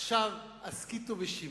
ועכשיו הסכיתו ושמעו: